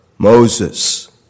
Moses